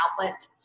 outlet